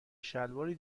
شلواری